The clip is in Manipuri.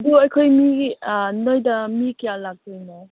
ꯑꯗꯨ ꯑꯩꯈꯣꯏ ꯃꯤ ꯅꯣꯏꯗ ꯃꯤ ꯀꯌꯥ ꯂꯥꯛꯇꯣꯏꯅꯣ